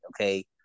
okay